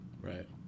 Right